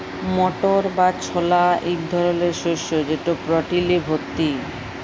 মটর বা ছলা ইক ধরলের শস্য যেট প্রটিলে ভত্তি